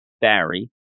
Barry